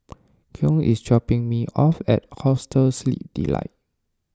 Cleon is dropping me off at Hostel Sleep Delight